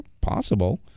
Possible